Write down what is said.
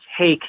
take